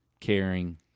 caring